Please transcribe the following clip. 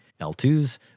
L2s